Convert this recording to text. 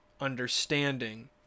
understanding